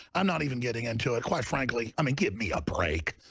i'm not even getting into it quite frankly. i mean, give me a break!